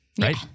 right